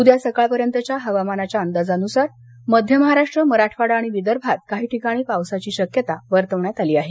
उद्या सकाळपर्यंतच्या हवामान अंदाजानुसार मध्य महाराष्ट्र मराठवाडा आणि विदर्भात काही ठिकाणी पावसाची शक्यता वर्तवण्यात आली आहे